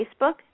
Facebook